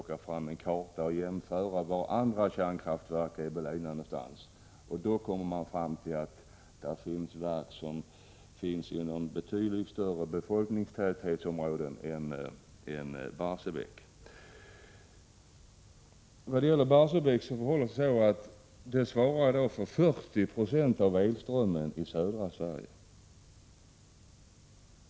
1986/87:119 plocka fram en karta och se var andra kärnkraftverk är belägna. Man ser då 8 maj 1987 att det finns verk som ligger i områden med betydligt större befolkningstäthet än vad som är fallet i Barsebäcksområdet. Barsebäcksverket svarar för 40 20 av elströmmen i södra Sverige.